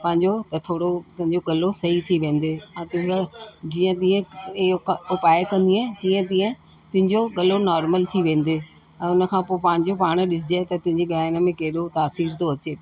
पंहिंजो त थोरो तुंहिंजो गलो सही थी वेंदे जीअं तीअं इहो उपाय कंदीअ तीअं तीअं तुंहिंजो गलो नॉर्मल थी वेंदे ऐं उन खां पोइ पंहिंजो पाणे ॾिसिजे त तुंहिंजे ॻाइण में केॾो तासीर थो अचे